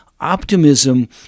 optimism